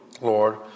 lord